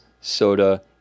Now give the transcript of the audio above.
Soda